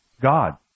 God